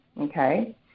okay